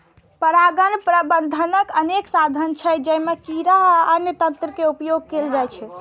परागण प्रबंधनक अनेक साधन छै, जइमे कीड़ा आ अन्य तंत्र के उपयोग कैल जाइ छै